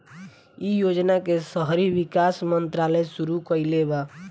इ योजना के शहरी विकास मंत्रालय शुरू कईले बा